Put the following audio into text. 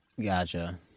Gotcha